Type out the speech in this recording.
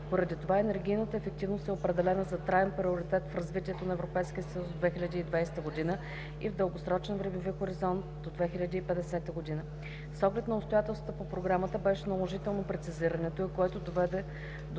Поради това енергийната ефективност е определена за траен приоритет в развитието на ЕС до 2020 г. и в дългосрочен времеви хоризонт до 2050 г. С оглед на обстоятелствата по програмата беше наложително прецизирането й, което доведе до